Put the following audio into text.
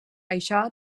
això